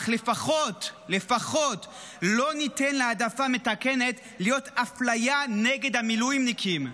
אך לפחות לא ניתן להעדפה מתקנת להיות אפליה נגד המילואימניקים.